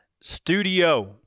studio